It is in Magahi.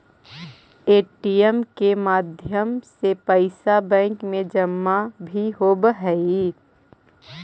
ए.टी.एम के माध्यम से पैइसा बैंक में जमा भी होवऽ हइ